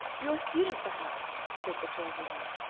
you're a student, perhaps? said the tall woman.